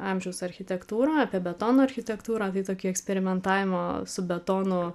amžiaus architektūrą apie betono architektūrą tai tokį eksperimentavimą su betonu